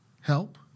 help